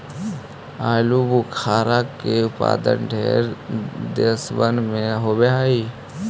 आलूबुखारा के उत्पादन ढेर देशबन में होब हई